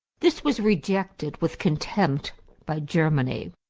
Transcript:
this was rejected with contempt by germany.